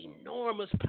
enormous